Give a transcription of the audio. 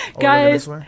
Guys